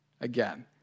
Again